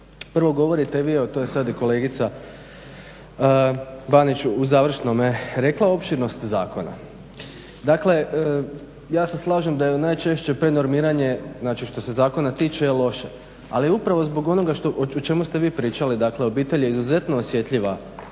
Prvo govorite i vi o toj, sada je i kolegica Banić u završnome rekla, opširnosti zakona. Dakle, ja se slažem da je najčešće prenormiranje, znači što se zakona tiče je loše. Ali upravo zbog onoga o čemu ste vi pričali, dakle obitelj je izuzetno osjetljiva